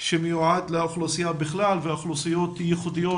שמיועד לאוכלוסייה בכלל ולאוכלוסיות ייחודיות